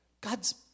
God's